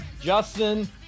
Justin